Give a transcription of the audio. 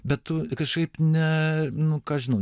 bet tu kažkaip ne nu ką aš žinau